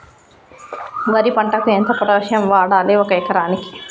వరి పంటకు ఎంత పొటాషియం వాడాలి ఒక ఎకరానికి?